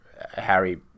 Harry